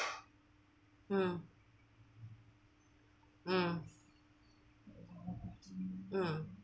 mm mm mm